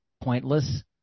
pointless